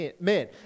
men